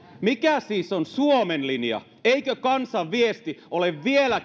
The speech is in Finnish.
mikä siis on suomen linja eikö kansan viesti